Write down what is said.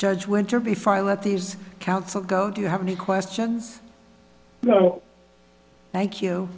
judge winter before i let these counts go do you have any questions thank you